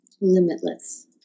Limitless